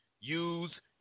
use